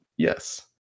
Yes